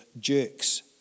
jerks